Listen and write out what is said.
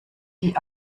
die